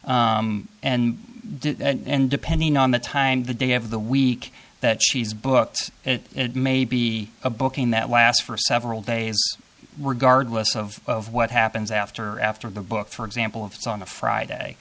and and depending on the time the day of the week that she's booked it may be a booking that lasts for several days regardless of what happens after after the book for example if it's on a friday